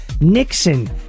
Nixon